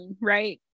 right